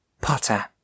Potter